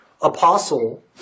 apostle